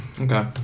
Okay